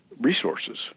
resources